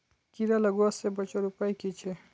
कीड़ा लगवा से बचवार उपाय की छे?